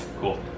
Cool